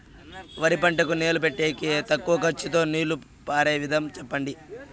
వరి పంటకు నీళ్లు పెట్టేకి తక్కువ ఖర్చుతో నీళ్లు పారే విధం చెప్పండి?